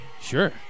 Sure